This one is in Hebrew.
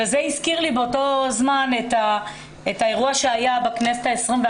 זה הזכיר לי באותו זמן את האירוע שהיה בכנסת ה-21,